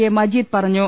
A Majeed പറഞ്ഞു